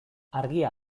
argia